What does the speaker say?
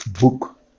book